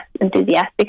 enthusiastic